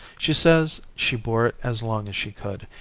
she says she bore it as long as she could.